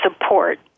support